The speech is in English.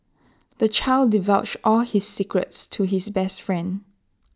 the child divulged all his secrets to his best friend